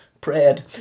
prayed